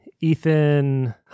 Ethan